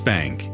Bank